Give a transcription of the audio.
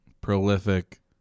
prolific